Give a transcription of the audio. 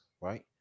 right